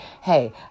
Hey